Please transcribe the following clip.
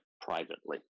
privately